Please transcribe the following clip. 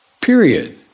Period